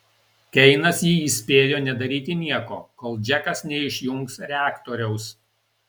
keinas jį įspėjo nedaryti nieko kol džekas neišjungs reaktoriaus